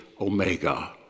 Omega